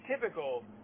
typical